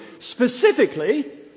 Specifically